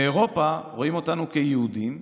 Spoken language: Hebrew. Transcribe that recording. באירופה רואים אותנו כיהודים,